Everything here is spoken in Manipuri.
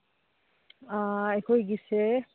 ꯑꯥ ꯑꯩꯈꯣꯏꯒꯤꯁꯦ